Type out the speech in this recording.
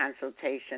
consultation